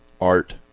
Art